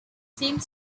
same